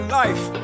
life